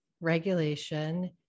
regulation